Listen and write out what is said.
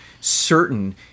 certain